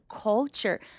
culture